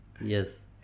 Yes